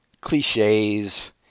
cliches